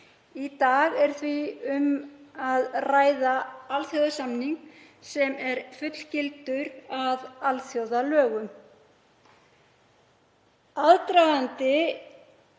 Í dag er því um að ræða alþjóðasamning sem er fullgildur að alþjóðalögum. Aðdragandi